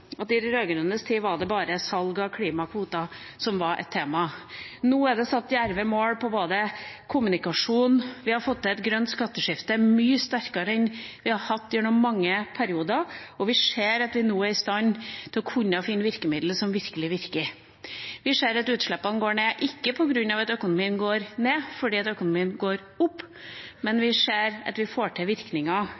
at i de rød-grønnes tid var det bare salg av klimakvoter som var et tema. Nå er det satt djerve mål for kommunikasjon, vi har fått til et grønt skatteskifte som er mye sterkere enn vi har hatt gjennom mange perioder, og vi ser at vi nå er i stand til å kunne finne virkemidler som virkelig virker. Vi ser at utslippene går ned – ikke på grunn av at økonomien går ned, for økonomien går opp, men